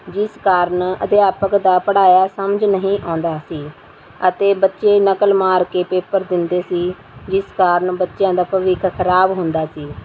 ਜਿਸ ਕਾਰਨ ਅਧਿਆਪਕ ਦਾ ਪੜ੍ਹਾਇਆ ਸਮਝ ਨਹੀਂ ਆਉਂਦਾ ਸੀ ਅਤੇ ਬੱਚੇ ਨਕਲ ਮਾਰ ਕੇ ਪੇਪਰ ਦਿੰਦੇ ਸੀ ਜਿਸ ਕਾਰਨ ਬੱਚਿਆਂ ਦਾ ਭਵਿੱਖ ਖਰਾਬ ਹੁੰਦਾ ਸੀ